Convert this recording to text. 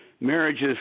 Marriages